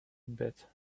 bit